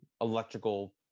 electrical